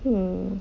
mm